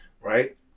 right